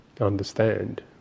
understand